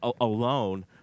alone